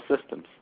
Systems